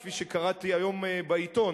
כפי שקראתי היום בעיתון,